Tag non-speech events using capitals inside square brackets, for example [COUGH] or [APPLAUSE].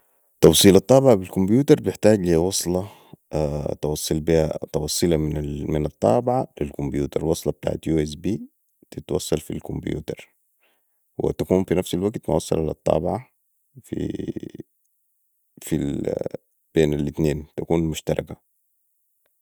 توصيل الطابعه بي الكمبيوتر بحتاج لي وصله توصلا بيها توصلا من الطابعه لي الكمبيوتر وصله بتاعت usb تتوصل في الكمبيوتر وتكون في نفس الوكت موصلا لي الطابعه [HESITATION] بين الاتنين تكون مشتركة